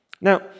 Now